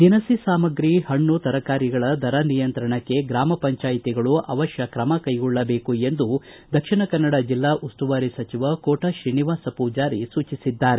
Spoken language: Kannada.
ದಿನಸಿ ಸಾಮರಿ ಪಣ್ಣು ತರಕಾರಿಗಳ ದರ ನಿಯಂತಣಕ್ಕೆ ಗ್ರಾಮ ಪಂಚಾಯತಿಗಳು ಅವಶ್ಯ ತ್ರಮ ಕೈಗೊಳ್ಳಬೇಕು ಎಂದು ದಕ್ಷಿಣ ಕನ್ನಡ ಜೆಲ್ಲಾ ಉಸ್ತುವಾರಿ ಸಚಿವ ಕೋಟ ಶ್ರೀನಿವಾಸ ಪೂಜಾರಿ ಸೂಚಿಸಿದ್ದಾರೆ